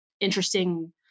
interesting